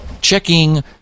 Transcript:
checking